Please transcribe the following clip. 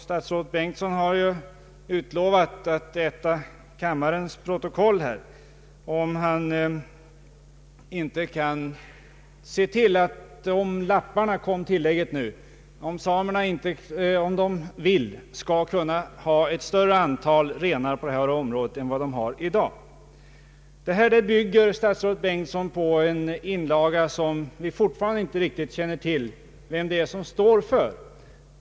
Statsrådet Bengtsson har lovat att äta kammarens protokoll, om han inte kan se till att samerna efter utbyggnaden skall kunna ha ett större antal renar på detta område än de har i dag. Detta påstående om nya kalvningsland bygger statsrådet Bengtsson på en inlaga som vi fortfarande inte riktigt känner till vem det är som står för.